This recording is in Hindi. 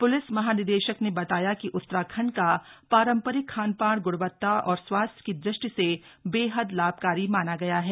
प्लिस महानिदेशक ने बताया कि उत्तराखण्ड का पारंपरिक खानपान ग्णवत्ता और स्वास्थ्य की ृष्टि से बेहद लाभकारी माना गया है